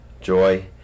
joy